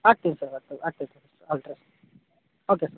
ಹಾಕ್ತಿನಿ sir okay sir